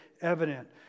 evident